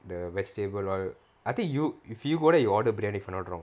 the vegetable all I think you if you go there you order biryani if I'm not wrong